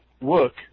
work